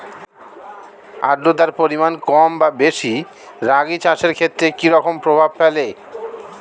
আদ্রতার পরিমাণ কম বা বেশি রাগী চাষের ক্ষেত্রে কি রকম প্রভাব ফেলে?